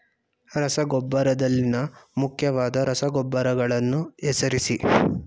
ರಸಗೊಬ್ಬರದಲ್ಲಿನ ಮುಖ್ಯವಾದ ರಸಗೊಬ್ಬರಗಳನ್ನು ಹೆಸರಿಸಿ?